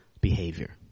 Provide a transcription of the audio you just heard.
behavior